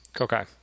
Okay